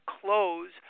close